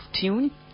tune